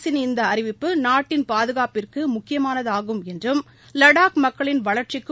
அரசின் இந்த அறிவிப்பு நாட்டின் பாதுகாப்பிற்கு முக்கியமானதாகும் என்றும் லடாக் மக்களின் வளர்ச்சிக்கும்